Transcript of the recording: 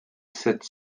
sept